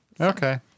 Okay